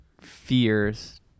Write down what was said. fears